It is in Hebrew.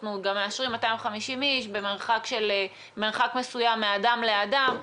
אנחנו גם מאשרים 250 איש במרחק מסוים מאדם לאדם.